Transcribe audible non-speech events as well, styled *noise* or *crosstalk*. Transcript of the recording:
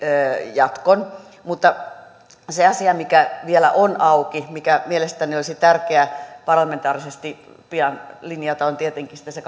jatkon mutta se asia mikä vielä on auki ja mikä mielestäni olisi tärkeää parlamentaarisesti pian linjata on tietenkin sitten se *unintelligible*